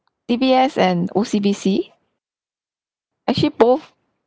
D_B_S and O_C_B_C actually both